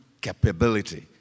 capability